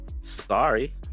sorry